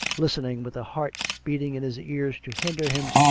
lisrtening, with a heart beating in his ears to hinder him,